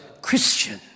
Christian